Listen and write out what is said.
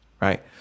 Right